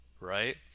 right